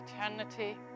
eternity